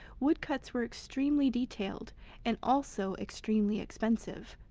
woodcuts were extremely detailed and also extremely expensive.